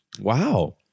Wow